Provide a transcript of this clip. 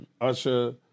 Usher